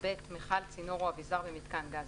מכל, צינור או אביזר במיתקן גז,